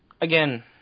again